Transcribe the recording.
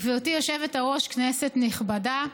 גברתי היושבת-ראש, כנסת נכבדה,